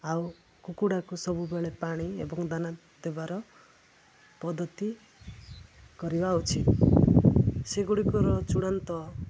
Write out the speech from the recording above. ଆଉ କୁକୁଡ଼ାକୁ ସବୁବେଳେ ପାଣି ଏବଂ ଦାନା ଦେବାର ପଦ୍ଧତି କରିବା ଉଚିତ ସେଗୁଡ଼ିକର ଚୂଡ଼ାନ୍ତ